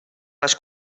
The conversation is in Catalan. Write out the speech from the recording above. les